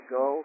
go